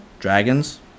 Dragons